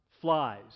flies